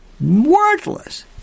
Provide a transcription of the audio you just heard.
Worthless